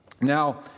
Now